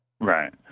Right